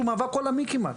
הוא מאבק עולמי כמעט.